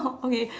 okay